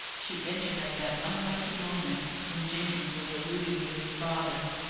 she entered at that unlucky moment when jenkins was alluding to his father.